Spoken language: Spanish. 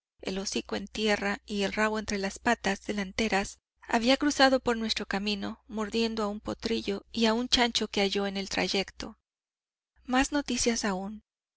el hocico en tierra y el rabo entre las patas delanteras había cruzado por nuestro camino mordiendo a un potrillo y un chancho que halló en el trayecto más noticias aún